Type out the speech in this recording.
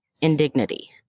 indignity